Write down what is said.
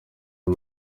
aya